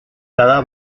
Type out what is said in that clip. cada